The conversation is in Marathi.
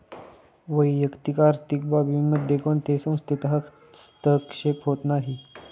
वैयक्तिक आर्थिक बाबींमध्ये कोणत्याही संस्थेचा हस्तक्षेप होत नाही